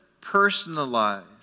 personalized